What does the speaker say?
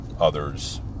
others